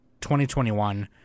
2021